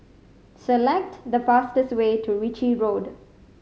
select the fastest way to Ritchie Road